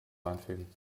einfügen